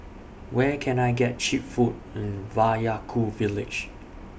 Where Can I get Cheap Food in Vaiaku Village